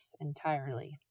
entirely